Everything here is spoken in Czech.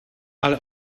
ale